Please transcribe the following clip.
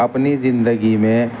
اپنی زندگی میں